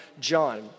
John